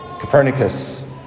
Copernicus